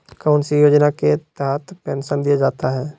कौन सी योजना के तहत पेंसन दिया जाता है?